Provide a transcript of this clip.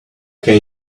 can